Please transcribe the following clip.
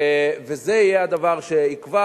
וזה יהיה הדבר שיקבע.